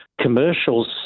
commercials